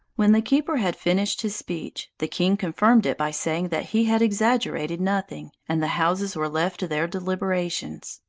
when the keeper had finished his speech, the king confirmed it by saying that he had exaggerated nothing, and the houses were left to their deliberations.